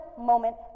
moment